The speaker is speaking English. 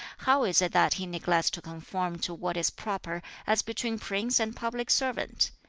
how is it that he neglects to conform to what is proper as between prince and public servant?